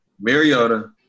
Mariota